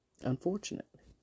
Unfortunately